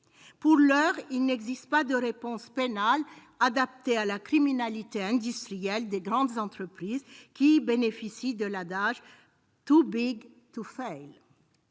Pour l'heure, il n'existe pas de réponse pénale adaptée à la criminalité industrielle des grandes entreprises, qui bénéficient de l'adage. Pour les